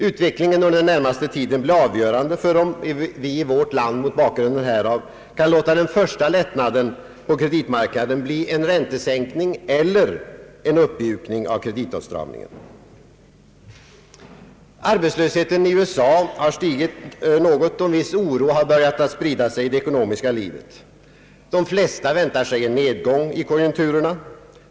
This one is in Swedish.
Utvecklingen under den närmaste tiden blir avgörande för om vi i vårt land mot bakgrunden härav kan låta den första lättnaden på kreditmarknaden bli en räntesänkning eller en uppmjukning av kreditåtstramningen. Arbetslösheten i USA har stigit något, och en viss oro har börjat sprida sig i det ekonomiska livet. De flesta väntar sig en nedgång i konjunkturerna.